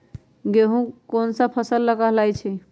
गेहूँ कोन सा फसल कहलाई छई?